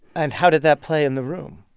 and how did that play in the room?